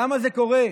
למה זה קורה?